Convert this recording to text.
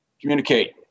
communicate